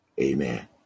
Amen